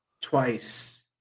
twice